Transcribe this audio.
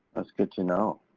that's good to know.